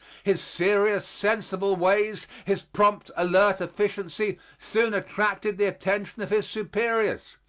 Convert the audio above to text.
his serious, sensible ways, his prompt, alert efficiency soon attracted the attention of his superiors.